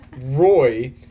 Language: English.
Roy